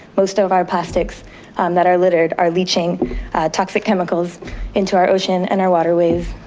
most of our plastics that are littered are leeching toxic chemicals into our oceans and our water ways.